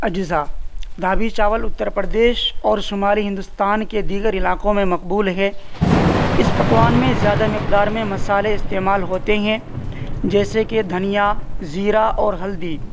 اجزا دھابی چاول اتّر پردیش اور شمالی ہندوستان کے دیگر علاقوں میں مقبول ہے اس پکوان میں زیادہ مقدار میں مصالحے استعمال ہوتے ہیں جیسے کہ دھنیا زیرا اور ہلدی